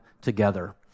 together